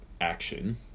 action